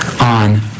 on